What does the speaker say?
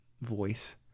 voice